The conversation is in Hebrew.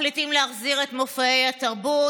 מחליטים להחזיר את מופעי תרבות,